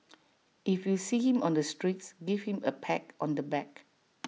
if you see him on the streets give him A pat on the back